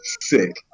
sick